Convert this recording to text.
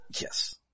Yes